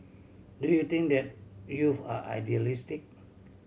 do you think that youth are idealistic